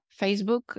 Facebook